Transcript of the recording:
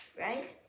right